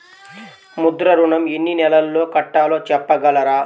ముద్ర ఋణం ఎన్ని నెలల్లో కట్టలో చెప్పగలరా?